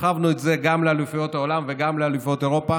הרחבנו את זה גם לאליפויות העולם וגם לאליפויות אירופה